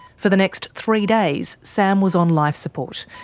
for the next three days, sam was on life support,